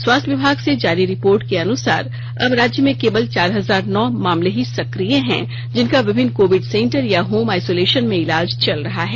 स्वास्थ्य विभाग से जारी रिपोर्ट के अनुसार अब राज्य में केवल चार हजार नौ मामले ही सकिय हैं जिनका विभिन्न कोविड सेंटर या होम आइसोलेशन में इलाज चल रहा है